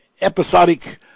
episodic